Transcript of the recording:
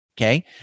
Okay